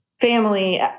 family